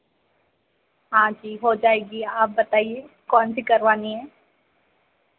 हाँ जी हो जाएगी आप बताइए कौन सी करवानी है